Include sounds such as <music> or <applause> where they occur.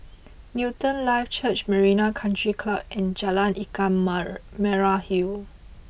Newton Life Church Marina Country Club and Jalan Ikan <unintelligible> Merah Hill